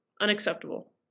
Unacceptable